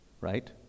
right